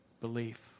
belief